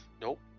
Nope